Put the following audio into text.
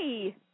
Hi